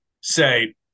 say